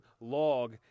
log